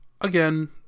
again